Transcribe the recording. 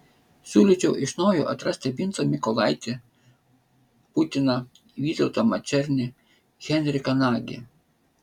siūlyčiau iš naujo atrasti vincą mykolaitį putiną vytautą mačernį henriką nagį